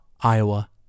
Iowa